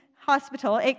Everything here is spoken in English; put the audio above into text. hospital